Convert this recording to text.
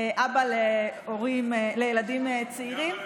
אבא לילדים צעירים,